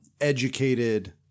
educated